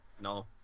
no